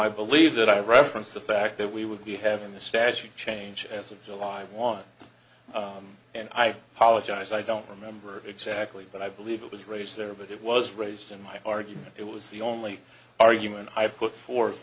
i believe that i referenced the fact that we would be having the statute change as of july was and i apologize i don't remember exactly but i believe it was raised there but it was raised in my argument it was the only argument i put forth